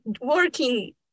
working